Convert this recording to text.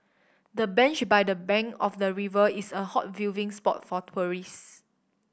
the bench by the bank of the river is a hot viewing spot for tourist